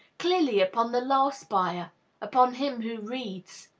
clearly, upon the last buyer upon him who reads.